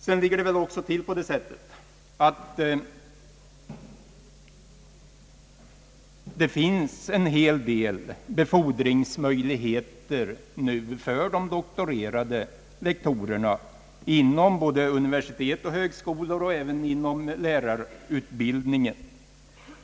Sedan finns det beträffande de doktorerade lektorerna en hel del befordringsmöjligheter för dem både vid universitet och högskolor och även inom lärarutbildningen.